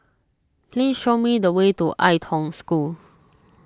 please show me the way to Ai Tong School